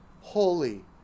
holy